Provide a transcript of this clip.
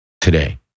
today